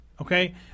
Okay